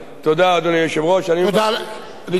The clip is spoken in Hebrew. אני מציע לדחות את הצעת החוק הזאת.